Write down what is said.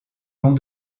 long